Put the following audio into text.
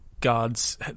God's